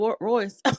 Royce